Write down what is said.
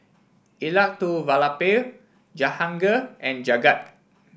Elattuvalapil Jahangir and Jagat